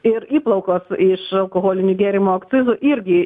ir įplaukos iš alkoholinių gėrimų akcizų irgi